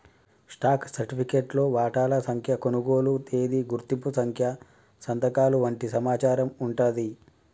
stock సర్టిఫికేట్లో వాటాల సంఖ్య, కొనుగోలు తేదీ, గుర్తింపు సంఖ్య సంతకాలు వంటి సమాచారం వుంటాంది